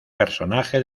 personaje